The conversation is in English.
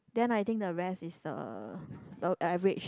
then I think the rest is the the average